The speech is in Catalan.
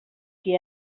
qui